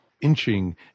inching